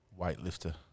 weightlifter